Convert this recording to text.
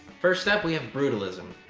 first up we have brutalism.